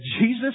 Jesus